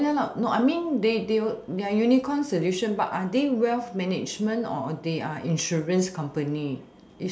no you know no I mean they they they are unicorn solution but are they wealth management or are they are insurance company